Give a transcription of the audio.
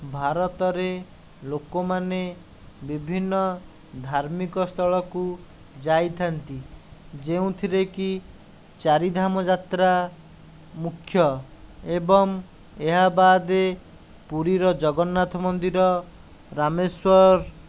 ଭାରତରେ ଲୋକମାନେ ବିଭିନ୍ନ ଧାର୍ମିକ ସ୍ଥଳକୁ ଯାଇଥାଆନ୍ତି ଯେଉଁଥିରେକି ଚାରିଧାମ ଯାତ୍ରା ମୁଖ୍ୟ ଏବଂ ଏହା ବାଦ୍ ପୁରୀର ଜଗନ୍ନାଥ ମନ୍ଦିର ରାମେଶ୍ୱର